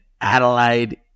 Adelaide